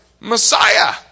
Messiah